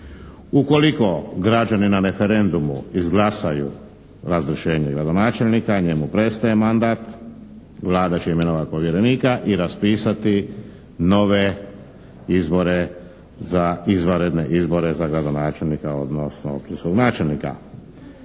Ukoliko građani na referendumu izglasaju razrješenje gradonačelnika njemu prestaje mandat, Vlada će imenovati povjerenika i raspisati nove izbore za, izvanredne izbore za gradonačelnika, odnosno općinskog načelnika.